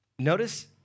Notice